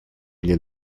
для